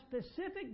specific